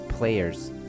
players